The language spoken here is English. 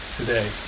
today